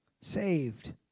saved